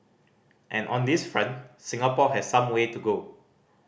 and on this front Singapore has some way to go